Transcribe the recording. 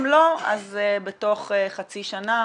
אם לא אז בתוך חצי שנה